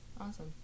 Awesome